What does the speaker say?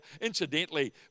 Incidentally